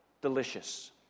delicious